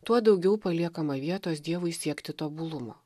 tuo daugiau paliekama vietos dievui siekti tobulumo